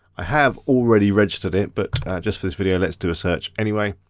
i have already registered it, but just for this video let's do a search anyway.